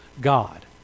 God